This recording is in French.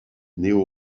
néo